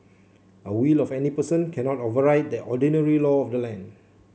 a will of any person cannot override the ordinary law of the land